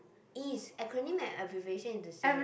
is acronym and abbreviation is the same